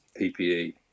ppe